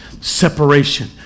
separation